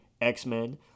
X-Men